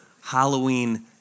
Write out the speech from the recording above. Halloween